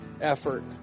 effort